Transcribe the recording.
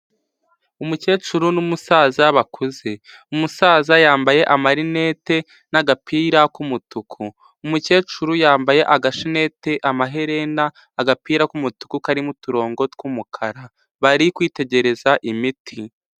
Umukecuru n'umusaza bakuze, umusaza yambaye amarinete n'agapira k'umutuku, umukecuru yambaye agashaneti, amaherena, agapira k'umutuku karimo uturongo tw'umukara, bari kwitegereza imiti.